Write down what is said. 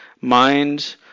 mind